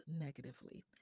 negatively